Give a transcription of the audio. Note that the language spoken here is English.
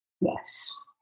yes